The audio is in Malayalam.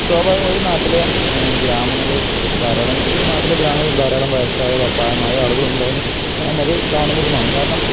സ്വാഭാവികമായും ഒരു നാട്ടിലെ ഗ്രാമങ്ങള്ക്കിഴും ധാരാളം ഒരു നാട്ടിലെ ഗ്രാമങ്ങൾ ധാരാളം വയസായ അ പ്രായമായ ആളുകളുണ്ടാകുന്ന നാം അത് കാണുന്നതുമാണ് കാരണം